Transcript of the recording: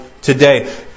today